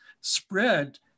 spread